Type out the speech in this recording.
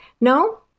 No